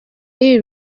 y’ibi